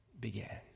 began